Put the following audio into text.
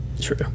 True